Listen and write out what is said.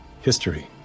history